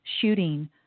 shooting